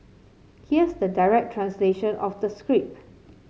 here's the direct translation of the script